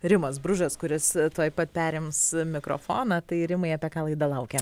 rimas bružas kuris tuoj pat perims mikrofoną tai rimai apie ką laida laukia